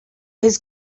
his